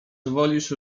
wolisz